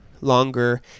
longer